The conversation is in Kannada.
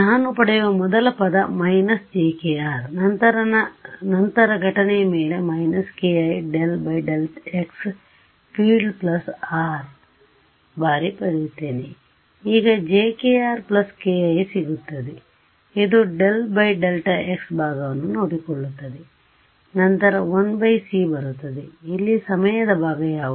ನಾನು ಪಡೆಯುವ ಮೊದಲ ಪದ − jkr ನಂತರ ಘಟನೆಯ ಮೇಲೆ − ki ∂∂x field plus R ಬಾರಿ ಪಡೆಯುತ್ತೇನೆ ಈಗ jkr ki ಸಿಗುತ್ತದೆ ಇದು ∂ ∂x ಭಾಗವನ್ನು ನೋಡಿಕೊಳ್ಳುತ್ತದೆ ನಂತರ 1 c ಬರುತ್ತದೆ ಇಲ್ಲಿ ಸಮಯದ ಭಾಗ ಯಾವುದು